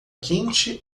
quente